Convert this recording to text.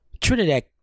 Trinidad